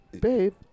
Babe